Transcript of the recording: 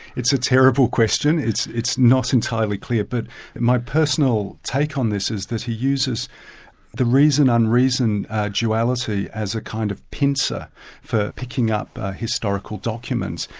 it's a terrible question. it's it's not entirely clear, but my personal take on this is that he uses the reason unreason duality as a kind of pincer for picking up historical documents,